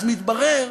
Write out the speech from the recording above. אז מתברר